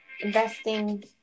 investing